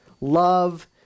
love